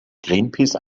greenpeace